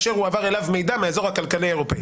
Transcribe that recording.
אשר הועבר אליו מידע מהאזור הכלכלי האירופאי.